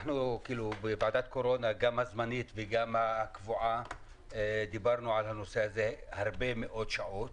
בוועדת הקורונה הזמנית והקבועה דיברנו על הנושא הזה הרבה מאוד שעות.